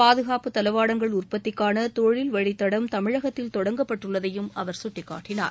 பாதுகாப்புத் தளவாடங்கள் உற்பத்திக்கான தொழில் வழித்தடம் தமிழகத்தில் தொடங்கப்பட்டுள்ளதையும் அவர் சுட்டிக்காட்டினார்